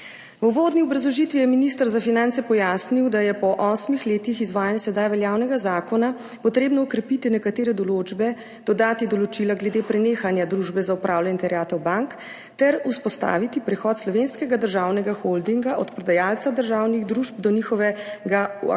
V uvodni obrazložitvi je minister za finance pojasnil, da je po osmih letih izvajanja sedaj veljavnega zakona potrebno okrepiti nekatere določbe, dodati določila glede prenehanja Družbe za upravljanje terjatev bank ter vzpostaviti prihod Slovenskega državnega holdinga od prodajalca državnih družb do njihovega aktivnega